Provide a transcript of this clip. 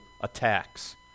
attacks